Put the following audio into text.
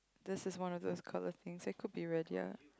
this is one of the colours things that could be red ya